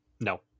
No